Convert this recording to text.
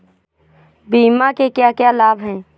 बीमा के क्या क्या लाभ हैं?